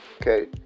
Okay